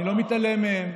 אני לא מתעלם מהם.